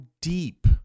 deep